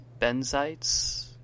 benzites